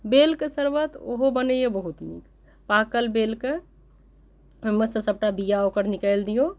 बेलके शरबत ओहो बनैया बहुत नीक पाकल बेलके चम्मच से सभटा बिआ ओकर निकालि दिऔ